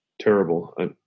terrible